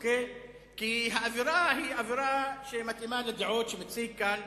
כי האווירה היא אווירה שמתאימה לדעות שמציג כאן